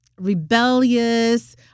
rebellious